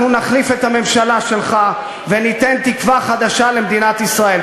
אנחנו נחליף את הממשלה שלך וניתן תקווה חדשה למדינת ישראל.